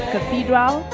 Cathedral